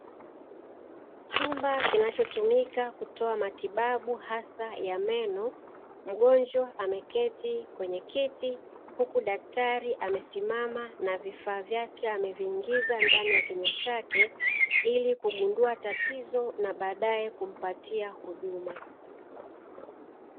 Chumba kinachotumika kutoa matibabu hasa ya meno, mgonjwa ameketi kwenye kiti huku daktari amesimama na vifaa vyake ameviingiza ndani ya kinywa chake ili kugundua tatizo na baadae kumpatia huduma.